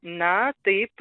na taip